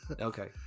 Okay